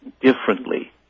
differently